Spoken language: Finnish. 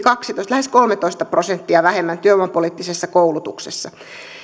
lähes kolmetoista prosenttia vähemmän työvoimapoliittisessa koulutuksessa